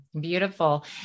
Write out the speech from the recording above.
Beautiful